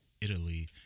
Italy